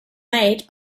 made